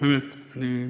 אדוני.